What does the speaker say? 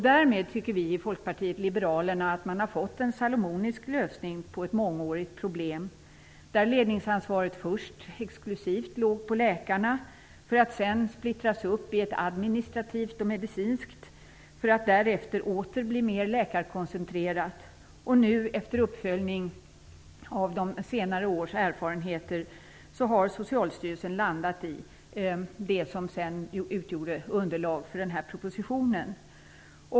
Därmed anser vi i Folkpartiet liberalerna att man har fått en salomonisk lösning på ett mångårigt problem, där ledningsansvaret först exklusivt låg på läkarna för att sedan splittras upp i ett administrativt och medicinskt ansvar för att därefter åter bli mer läkarkoncentrerat. Och nu, efter uppföljning av senare års erfarenheter, har Socialstyrelsen landat på det som sedan utgjorde underlag för denna proposition.